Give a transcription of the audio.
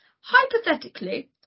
hypothetically